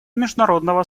международного